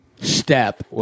Step